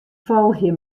folgje